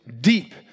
deep